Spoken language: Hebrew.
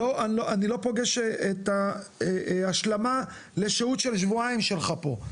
אני לא פוגש את ההשלמה לשהות של שבועיים שלך פה.